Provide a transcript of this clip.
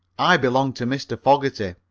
i belong to mr. fogerty.